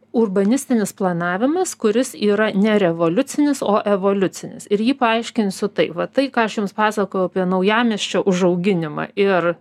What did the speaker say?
urbanistinis planavimas kuris yra ne revoliucinis o evoliucinis ir jį paaiškinsiu taip va tai ką aš jums pasakojau apie naujamiesčio užauginimą ir